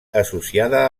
associada